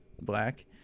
black